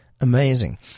Amazing